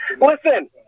listen